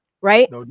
Right